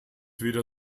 weder